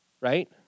right